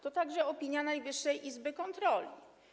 To także opinia Najwyższej Izby Kontroli.